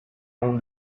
own